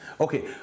Okay